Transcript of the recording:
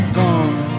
gone